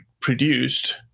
produced